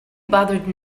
bothered